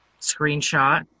screenshot